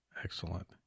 excellent